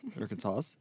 Arkansas